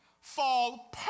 fall